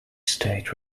state